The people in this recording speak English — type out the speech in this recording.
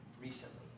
recently